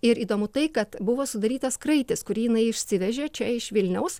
ir įdomu tai kad buvo sudarytas kraitis kurį jinai išsivežė čia iš vilniaus